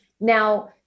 Now